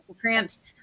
cramps